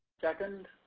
second,